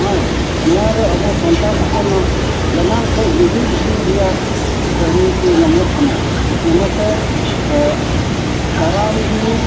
ᱦᱮᱸ ᱱᱚᱣᱟᱨᱮ ᱟᱵᱚ ᱥᱟᱱᱛᱟᱞ ᱦᱚᱯᱚᱱᱟᱜ ᱡᱟᱱᱟᱢ ᱠᱷᱚᱡ ᱜᱩᱡᱩᱜ ᱫᱷᱟᱵᱤᱡ ᱨᱮᱭᱟᱜ ᱠᱟᱹᱦᱱᱤ ᱠᱚ ᱧᱟᱢᱚᱜ ᱠᱟᱱᱟ ᱚᱱᱟᱛᱮ ᱠᱟᱨᱟᱢᱜᱮ